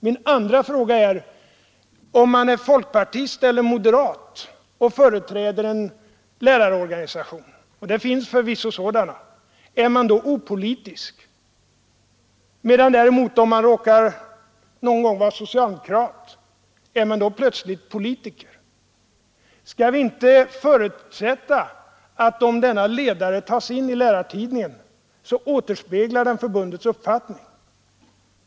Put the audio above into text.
Min andra fråga: Om man är folkpartist eller moderat och företräder en lärarorganisation — och det finns förvisso sådana personer — är man då opolitisk, medan man däremot om man råkar vara socialdemokrat plötsligt är politiker? Skall vi inte förutsätta att om denna ledare tas in i Lärartidningen så återspeglar den förbundets uppfattning?